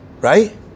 right